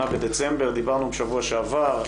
בדצמבר, דיברנו בשבוע שעבר.